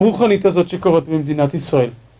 הרוחנית הזאת שקורית במדינת ישראל